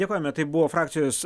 dėkojame taip buvo frakcijos